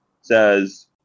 says